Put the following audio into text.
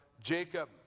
Jacob